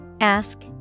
Ask